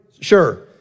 sure